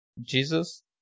Jesus